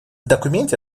документе